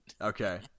Okay